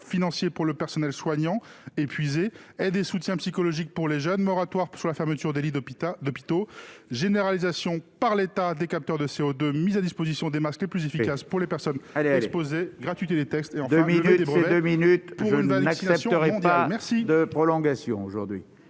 financier du personnel soignant épuisé, aide et soutien psychologique pour les jeunes, moratoire sur les fermetures de lits d'hôpitaux, généralisation par l'État des capteurs de CO2, mise à disposition des masques les plus efficaces pour les personnes les plus exposées, gratuité des tests ... Votre temps de parole est épuisé, mon cher